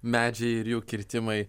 medžiai ir jų kirtimai